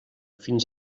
fins